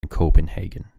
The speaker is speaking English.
copenhagen